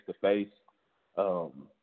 face-to-face